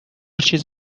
چیز